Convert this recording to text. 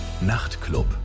Nachtclub